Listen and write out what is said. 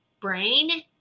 brain